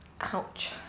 Ouch